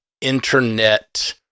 internet